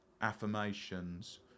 affirmations